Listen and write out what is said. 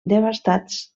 desbastats